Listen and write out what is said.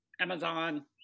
Amazon